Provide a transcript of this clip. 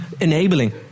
enabling